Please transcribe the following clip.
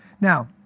Now